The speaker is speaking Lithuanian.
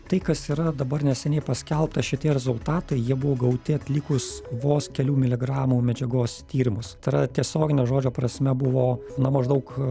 tai kas yra dabar neseniai paskelbta šitie rezultatai jie buvo gauti atlikus vos kelių miligramų medžiagos tyrimus tai yra tiesiogine žodžio prasme buvo na maždaug